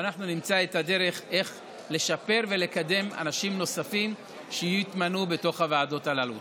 ואנחנו נמצא את הדרך לשפר ולקדם אנשים נוספים שיתמנו לוועדות הללו.